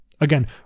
Again